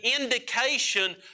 indication